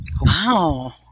Wow